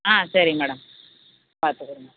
ஆ சரிங்க மேடம் பார்த்துக்குறேன்